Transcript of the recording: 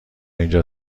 اینجا